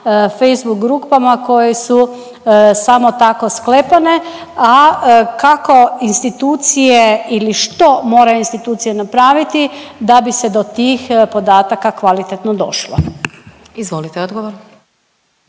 facebook grupama koje su samo tako sklepane, a kako institucije ili što mora institucija napraviti da bi se do tih podataka kvalitetno došlo? **Glasovac,